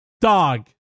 dog